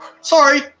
Sorry